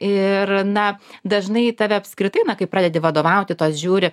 ir na dažnai tave apskritai na kai pradedi vadovauti tos žiūri